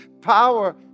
power